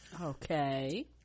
Okay